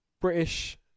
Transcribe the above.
British